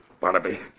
Barnaby